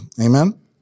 Amen